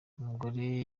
umugore